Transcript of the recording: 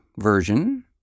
version